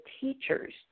teachers